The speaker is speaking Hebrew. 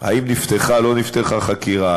האם נפתחה או לא נפתחה חקירה,